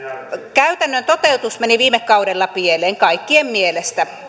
käytännön toteutus meni viime kaudella pieleen kaikkien mielestä